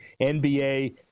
NBA